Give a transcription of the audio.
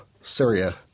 Syria